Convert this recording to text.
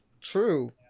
True